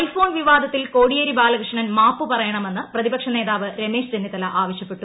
I phone വിവാദത്തിൽ കോടിയേരി ബാലകൃഷ്ണൻ മാപ്പു പറയണമെന്ന് പ്രതിപക്ഷ നേതാവ് രമേശ് ചെന്നിത്തല ആവശൃപ്പെട്ടു